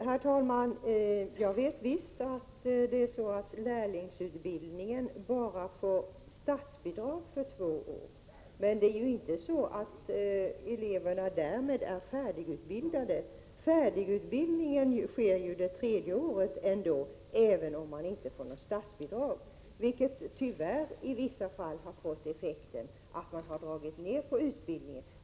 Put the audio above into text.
Herr talman! Jag vet att lärlingsutbildningen får statsbidrag bara under två år. Det är emellertid inte så att eleverna därmed är färdigutbildade. Färdigutbildningen sker det tredje året, även om man inte får något statsbidrag. Det har tyvärr i vissa fall fått till effekt att man har dragit ned på utbildningen.